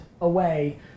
away